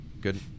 Good